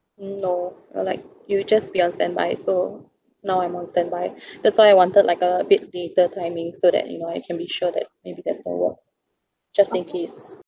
mm no you're like you just be on standby so now I'm on standby that's why I wanted like a bit later timing so that you know I can be sure that maybe there's no work just in case